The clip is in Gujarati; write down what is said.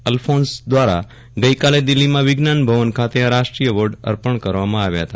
અલ્ફોન્સ દ્વારા દિલ્હીમાં વિજ્ઞાન ભવન ખાતે આ રાષ્ટ્રીય એવોર્ડ અર્પણ કરવામાં આવ્યા હતા